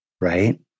Right